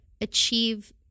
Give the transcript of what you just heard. achieve